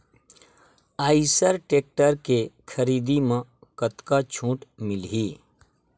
Eicher tractor के खरीदी म कतका छूट मिलही?